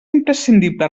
imprescindible